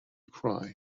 cry